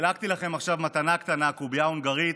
חילקתי לכם עכשיו מתנה קטנה, קובייה הונגרית,